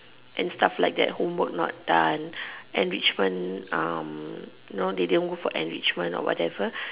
and stuff like that homework not done enrichment um you know the never go for enrichment or whatever